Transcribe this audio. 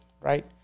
right